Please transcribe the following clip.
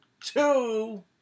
two